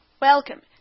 Welcome